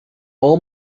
all